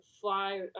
fly